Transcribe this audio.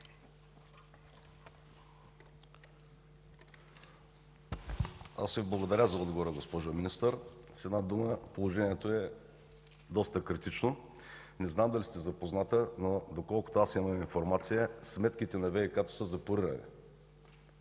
(ПФ): Благодаря Ви за отговора, госпожо Министър. С една дума, положението е доста критично. Не знам дали сте запозната, доколко аз имам информация, сметките на ВиК са запорирани.